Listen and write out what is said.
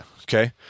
Okay